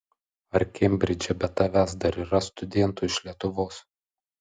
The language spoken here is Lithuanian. ar kembridže be tavęs dar yra studentų iš lietuvos